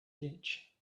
ditch